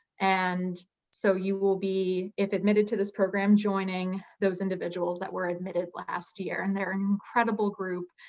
and so you will be, if admitted to this program, joining those individuals that were admitted last year, and they're an incredible group,